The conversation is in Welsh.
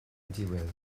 diwedd